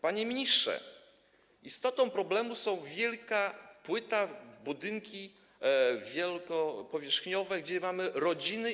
Panie ministrze, istotą problemu jest wielka płyta, są budynki wielkopowierzchniowe, gdzie mamy rodziny.